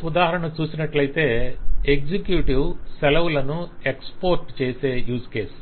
LMS ఉదాహరణ ను చూసినట్లైతే ఎగ్జిక్యూటివ్ సెలవును ఎక్స్ పోర్ట్ చేసే యూస్ కేసు